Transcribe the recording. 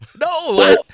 No